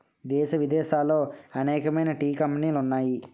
దేశ విదేశాలలో అనేకమైన టీ కంపెనీలు ఉన్నాయి